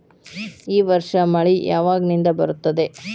ಈ ವರ್ಷ ಮಳಿ ಯಾವಾಗಿನಿಂದ ಬರುತ್ತದೆ?